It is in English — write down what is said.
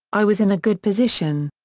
i was in a good position.